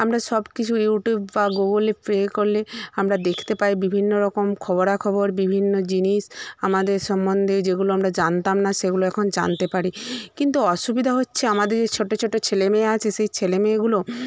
আমরা সবকিছুই ইউটিউব বা গুগলে প্লে করলে আমরা দেখতে পাই বিভিন্ন রকম খবরাখবর বিভিন্ন জিনিস আমাদের সম্বন্ধে যেগুলো আমরা জানতাম না সেগুলো এখন জানতে পারি কিন্তু অসুবিধা হচ্ছে আমাদের যে ছোটো ছোটো ছেলেমেয়ে আছে সেই ছেলেমেয়েগুলো